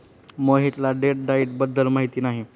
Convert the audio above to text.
मोहितला date diet बद्दल माहिती नाही